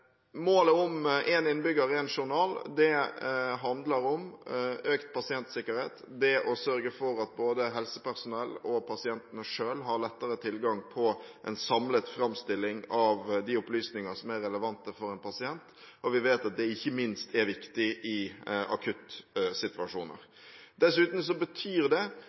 Målet om én innbygger – én journal handler om økt pasientsikkerhet, det å sørge for at både helsepersonell og pasientene selv har lettere tilgang på en samlet framstilling av de opplysninger som er relevante for en pasient. Vi vet at det ikke minst er viktig i akuttsituasjoner. Dessuten betyr det